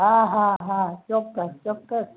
હા હા હા ચોક્કસ ચોક્કસ